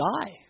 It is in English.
die